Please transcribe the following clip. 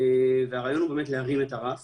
והרעיון הוא להרים את הרף